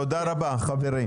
תודה רבה, חברים.